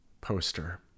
poster